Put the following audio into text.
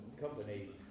company